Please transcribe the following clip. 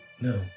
No